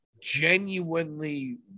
genuinely